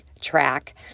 track